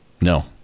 No